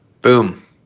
Boom